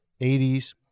80s